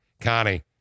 Connie